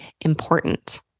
important